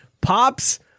pops